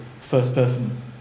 first-person